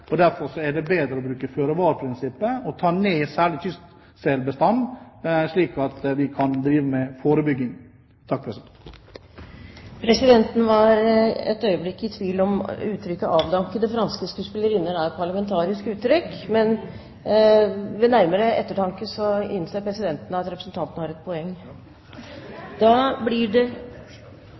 skjer. Derfor er det bedre å bruke føre var-prinsippet og ta ned særlig kystselbestanden, slik at vi kan drive med forebygging. Presidenten var et øyeblikk i tvil om uttrykket «avdankede franske skuespillerinner» er parlamentarisk, men ved nærmere ettertanke innser presidenten at representanten har et poeng. Representanten Harald T. Nesvik har tatt opp det forslag han refererte til. Det blir